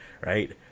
right